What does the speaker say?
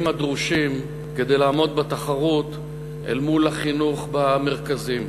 הדרושים כדי לעמוד בתחרות אל מול החינוך במרכזים,